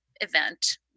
event